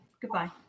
goodbye